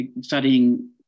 studying